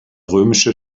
römische